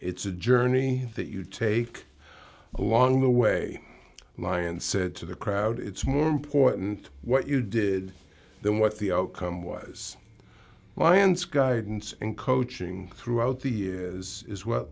it's a journey that you take along the way lion said to the crowd it's more important what you did than what the outcome was lions guidance and coaching throughout the years is what